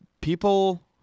people